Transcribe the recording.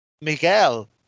Miguel